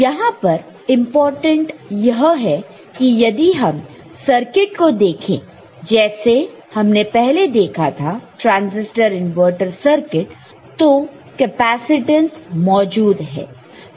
यहां पर इंपॉर्टेंट यह है कि यदि हम सर्किट को देखें जैसे हमने पहले देखा था ट्रांजिस्टर इनवर्टर सर्किट तो कैपेसिटेंस मौजूद है